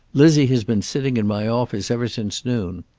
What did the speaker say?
lizzie has been sitting in my office ever since noon.